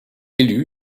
élu